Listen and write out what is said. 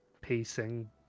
pacing